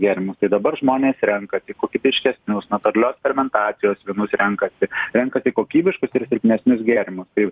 gėrimų tai dabar žmonės renkasi kokybiškesnius natūralios fermentacijos vynus renkasi renkasi kokybiškus ir silpnesnius gėrimus tai